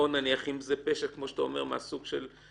או אם זה פשע כמו שאתה אומר מהסוג הזה,